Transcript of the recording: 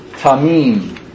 Tamim